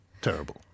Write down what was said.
terrible